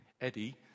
Eddie